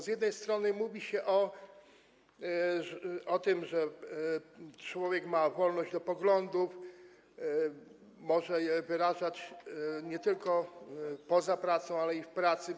Z jednej strony mówi się o tym, że człowiek ma wolność poglądów, może je wyrażać nie tylko poza pracą, ale i w pracy.